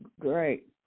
Great